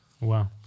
Wow